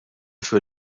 für